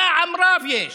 זעם רב יש